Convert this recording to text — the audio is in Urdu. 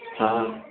ہاں